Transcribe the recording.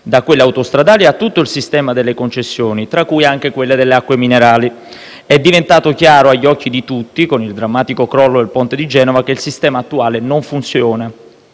si è impegnato a rivedere tutto il sistema delle concessioni, da quelle autostradali a quelle delle acque minerali. È diventato chiaro agli occhi di tutti, con il drammatico crollo del ponte di Genova, che il sistema attuale non funziona;